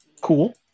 cool